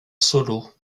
solo